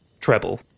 Treble